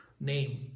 name